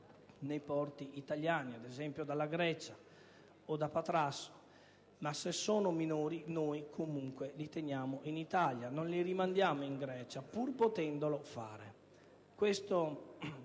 nei porti italiani, ad esempio dalla Grecia o da Patrasso. Ma se sono minori, noi comunque li teniamo in Italia, non li rimandiamo in Grecia, pur potendolo fare». Questo